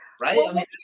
right